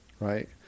right